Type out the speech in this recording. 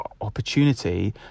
opportunity